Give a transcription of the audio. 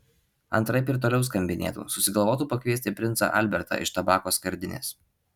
antraip ir toliau skambinėtų susigalvotų pakviesti princą albertą iš tabako skardinės